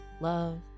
love